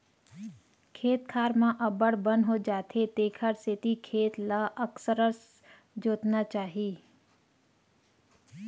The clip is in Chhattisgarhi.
खेत खार म अब्बड़ बन हो जाथे तेखर सेती खेत ल अकरस जोतना चाही